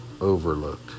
overlooked